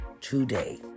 Today